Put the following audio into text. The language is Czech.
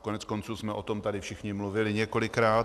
Koneckonců jsme o tom tady všichni mluvili několikrát.